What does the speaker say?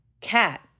cat